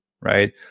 right